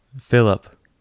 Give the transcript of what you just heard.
Philip